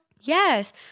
Yes